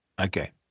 Okay